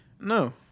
No